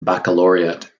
baccalaureate